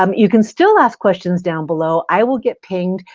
um you can still ask questions down below. i will get pinged.